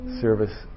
service